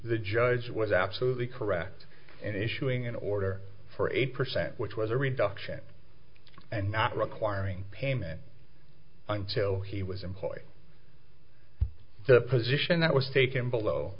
the judge was absolutely correct and issuing an order for eighty percent which was a reduction and not requiring payment until he was employed the position that was taken below